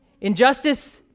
Injustice